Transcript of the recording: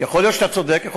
יכול להיות שאתה צודק